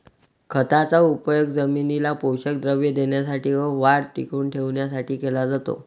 खताचा उपयोग जमिनीला पोषक द्रव्ये देण्यासाठी व वाढ टिकवून ठेवण्यासाठी केला जातो